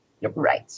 Right